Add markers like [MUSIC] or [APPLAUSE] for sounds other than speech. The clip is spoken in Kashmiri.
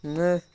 [UNINTELLIGIBLE]